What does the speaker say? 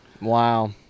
Wow